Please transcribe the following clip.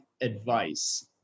advice